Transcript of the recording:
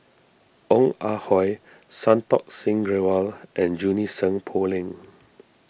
Ong Ah Hoi Santokh Singh Grewal and Junie Sng Poh Leng